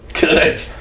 good